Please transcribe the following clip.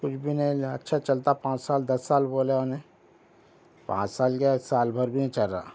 کچھ بھی نہیں نہ اچھا چلتا پانچ سال دس سال بولے انھیں پانچ سال کیا سال بھر بھی نہیں چل رہا